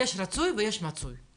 יש רצוי ויש מצוי.